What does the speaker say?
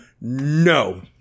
no